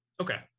Okay